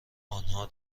آنها